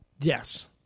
Yes